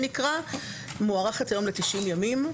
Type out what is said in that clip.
מוארכת היום ל-90 ימים.